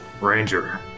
Ranger